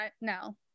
no